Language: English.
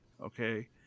okay